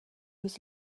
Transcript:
was